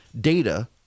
data